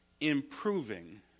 improving